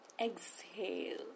Exhale